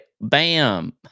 bam